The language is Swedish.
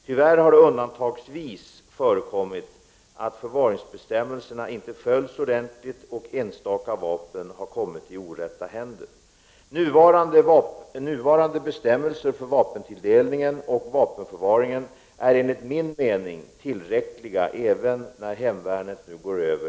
Tyvärr har det undantagsvis förekommit att förvaringsbestämmelserna inte följts ordentligt, och enstaka vapen har kommit i orätta händer.